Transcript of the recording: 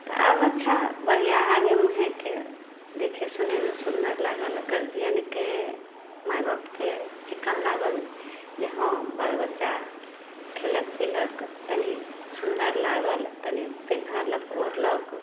तऽ आब अच्छा बढ़िऑं आगे मुँहेके देखे सुनेमे सुन्दर लागल गर्जियनके माइ बापके चिक्कन लागल जे हँ बाल बच्चा खेलक पीलक तनी सुन्दर लागल तनी पेन्हलक ओढ़लक